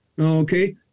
Okay